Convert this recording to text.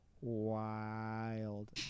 wild